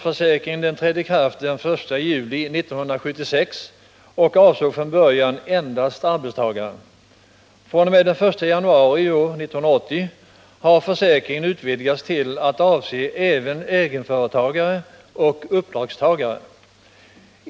fr.o.m. den 1 januari 1980 har försäkringen utvidgats till att avse även egenföretagare och uppdragstagare.